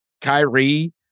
Kyrie